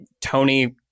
tony